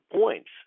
points